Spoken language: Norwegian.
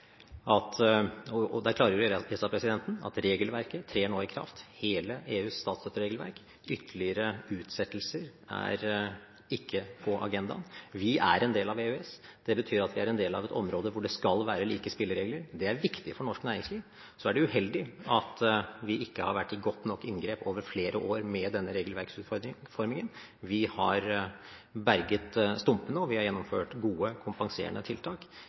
trer i kraft. Ytterligere utsettelser er ikke på agendaen. Vi er en del av EØS. Det betyr at vi er en del av et område hvor det skal være like spilleregler. Det er viktig for norsk næringsliv. Men det er uheldig at vi over flere år ikke har vært i godt nok inngrep med denne regelverksutformingen. Vi har berget stumpene, og vi har gjennomført gode, kompenserende tiltak,